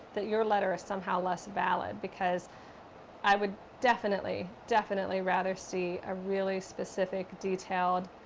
that your letter is somehow less valid. because i would definitely, definitely rather see a really specific, detailed,